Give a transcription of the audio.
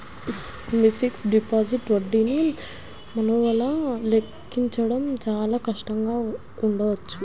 మీ fixed deposit వడ్డీని మాన్యువల్గా లెక్కించడం చాలా కష్టంగా ఉండవచ్చు